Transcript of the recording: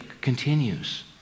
continues